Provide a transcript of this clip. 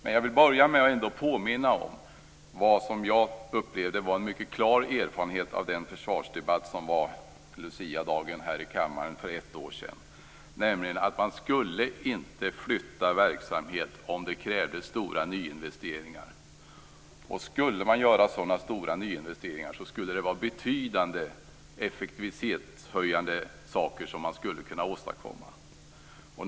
Jag vill dock börja med att påminna om vad jag upplevde som en mycket klar erfarenhet av försvarsdebatten här i kammaren på luciadagen för ett år sedan, nämligen att man inte skulle flytta verksamhet om det krävde stora nyinvesteringar. Om man skulle göra sådana stora nyinvesteringar skulle det vara för att åstadkomma verkligt betydande effektivitetshöjningar.